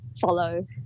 follow